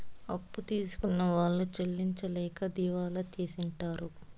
అప్పు తీసుకున్న వాళ్ళు చెల్లించలేక దివాళా తీసింటారు